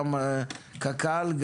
גם קק"ל,